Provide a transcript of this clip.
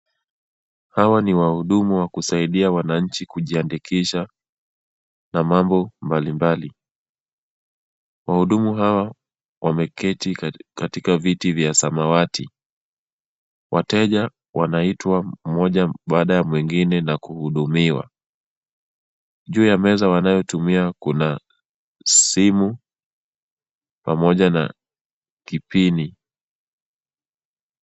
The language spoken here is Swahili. Hawa ni wahudumu wa kusaidia wananchi kujiandikisha, na mambo mbalimbali. Wahudumu hawa wameketi katika viti vya samawati, wateja wanaitwa mmoja baada ya mwingine na kuhudumiwa. Juu ya meza wanayotumia kuna msimu, pamoja na kipini.